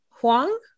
huang